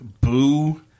Boo